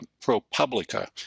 ProPublica